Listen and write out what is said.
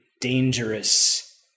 dangerous